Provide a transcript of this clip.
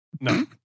No